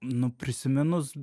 nu prisiminus